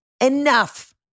enough